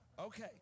Okay